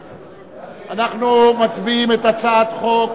אנחנו מצביעים על הצעת חוק